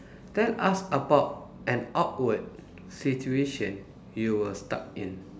tell us about an awkward situation you were stuck in